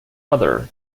other